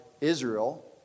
Israel